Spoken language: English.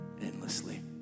endlessly